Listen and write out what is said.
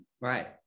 right